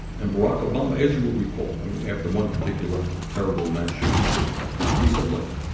and barack obama, as you will recall i mean, after one particular terrible mass shooting he said, look,